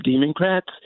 Democrats